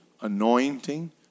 anointing